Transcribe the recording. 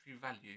value